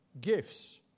gifts